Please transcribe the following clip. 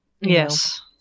Yes